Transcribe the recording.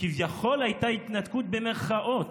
שכביכול הייתה "התנתקות" במירכאות,